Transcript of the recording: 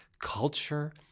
culture